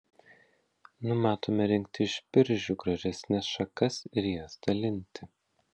numatome rinkti iš biržių gražesnes šakas ir jas dalinti